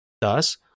Thus